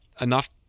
enough